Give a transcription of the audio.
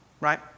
Right